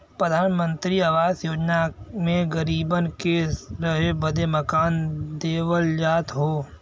प्रधानमंत्री आवास योजना मे गरीबन के रहे बदे मकान देवल जात हौ